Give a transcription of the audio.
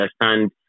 understand